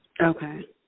Okay